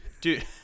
Dude